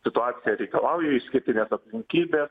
situacija reikalauja išskirtinės aplinkybės